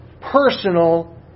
personal